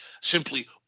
simply